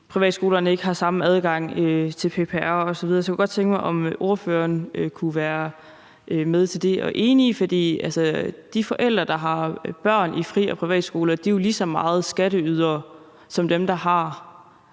privatskolerne ikke har samme adgang til PPR osv. Så jeg kunne godt tænke mig at høre, om ordføreren kunne være med til det. Og jeg er enig, for de forældre, der har børn i fri- og privatskoler, er jo lige så meget skatteydere som dem, der har